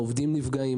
העובדים נפגעים,